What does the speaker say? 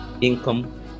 income